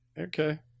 Okay